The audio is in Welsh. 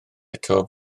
eto